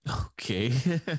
okay